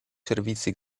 servizi